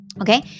Okay